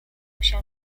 się